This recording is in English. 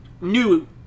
new